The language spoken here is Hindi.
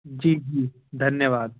जी धन्यवाद